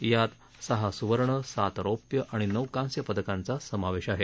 यात सहा सूवर्ण सात रौप्य आणि नऊ कांस्य पदकांचा समावेश आहे